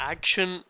Action